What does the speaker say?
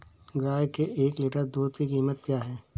गाय के एक लीटर दूध की कीमत क्या है?